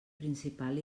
principal